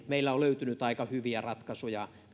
meillä on löytynyt aika hyviä ratkaisuja